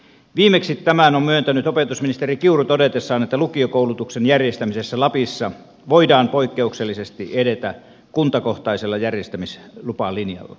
viimeksi tämän on myöntänyt opetusministeri kiuru todetessaan että lukiokoulutuksen järjestämisessä lapissa voidaan poikkeuksellisesti edetä kuntakohtaisella järjestämislupalinjalla